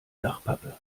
dachpappe